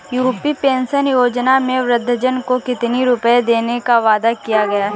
UP pension योजना में वृद्धजन को कितनी रूपये देने का वादा किया गया है?